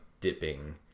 dipping